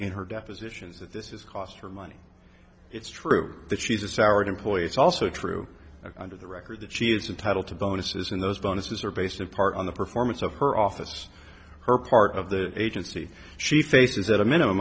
in her depositions that this is cost her money it's true that she's a soured employee it's also true under the record that she is entitled to bonuses and those bonuses are based in part on the performance of her office her part of the agency she faces at a minimum